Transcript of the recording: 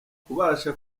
kubasha